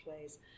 ways